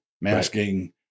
masking